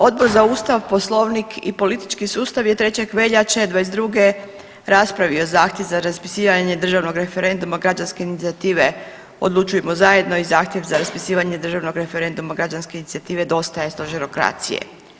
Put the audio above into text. Odbor za ustav, Poslovnik i politički sustav je 3. veljače '22. raspravio zahtjev za raspisivanje državnog referenduma građanske inicijative „Odlučujmo zajedno“ i zahtjev za raspisivanje državnog referenduma građanske inicijative „Dosta je stožerokracije“